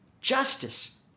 justice